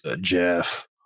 Jeff